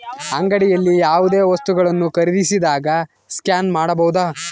ಅಂಗಡಿಯಲ್ಲಿ ಯಾವುದೇ ವಸ್ತುಗಳನ್ನು ಖರೇದಿಸಿದಾಗ ಸ್ಕ್ಯಾನ್ ಮಾಡಬಹುದಾ?